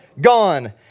gone